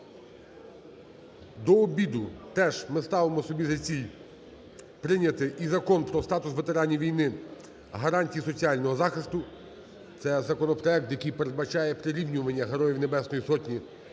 До обіду теж ми ставимо собі за ціль прийняти і Закон "Про статус ветеранів війни, гарантії їх соціального захисту". Це законопроект, який передбачає прирівнювання Героїв Небесної Сотні